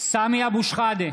(קורא בשמות חברי הכנסת) סמי אבו שחאדה,